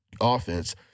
offense